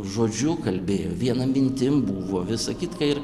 žodžiu kalbėjo viena mintim buvo visa kitka ir